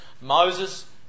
Moses